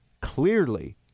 clearly